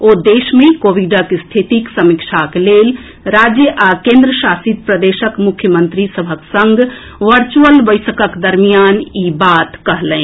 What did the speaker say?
ओ देश मे कोविडक स्थितिक समीक्षाक लेल राज्य आ केन्द्र शासित प्रदेशक मुख्यमंत्री सभक संग वर्चुअल बैसकक दरमियान ई बात कहलनि